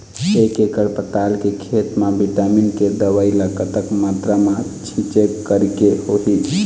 एक एकड़ पताल के खेत मा विटामिन के दवई ला कतक मात्रा मा छीचें करके होही?